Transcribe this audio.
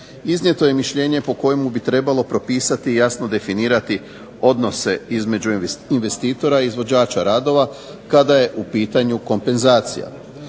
Iznijeto je mišljenje po kojemu bi trebalo propisati i jasno definirati odnose između investitora i izvođača radova kada je u pitanju kompenzacija.